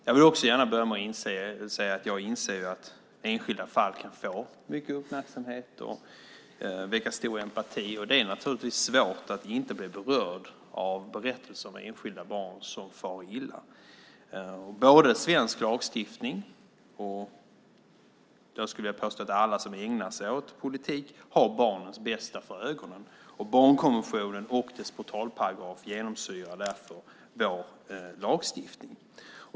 Jag vill också gärna säga att jag inser att enskilda fall får mycket uppmärksamhet och kan väcka stor empati. Naturligtvis är det svårt att inte bli berörd av berättelser om enskilda barn som far illa. Både svensk lagstiftning och, skulle jag vilja säga, alla som ägnar sig åt politik har barnens bästa för ögonen. Barnkonventionen och dess portalparagraf genomsyrar därför vår lagstiftning.